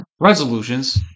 resolutions